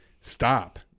stop